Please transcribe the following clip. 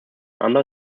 under